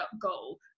goal